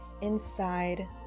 inside